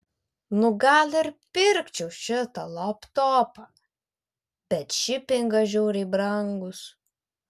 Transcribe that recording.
nu gal ir pirkčiau šitą laptopą bet šipingas žiauriai brangus